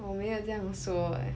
我没有这样说 eh